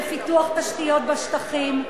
בפיתוח תשתיות בשטחים.